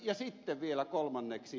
ja sitten vielä kolmanneksi